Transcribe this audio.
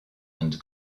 and